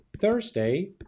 Thursday